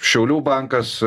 šiaulių bankas